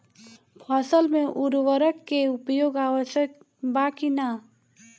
फसल में उर्वरक के उपयोग आवश्यक बा कि न?